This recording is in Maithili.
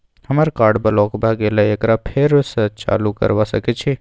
हमर कार्ड ब्लॉक भ गेले एकरा फेर स चालू करबा सके छि?